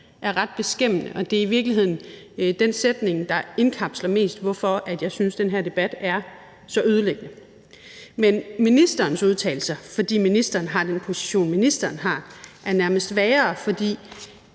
er ret beskæmmende, og det er i virkeligheden den sætning, der mest indkapsler, hvorfor jeg synes, den her debat er så ødelæggende. Men ministerens udtalelser er – fordi ministeren har den position, ministeren har – nærmest værre, for